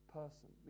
person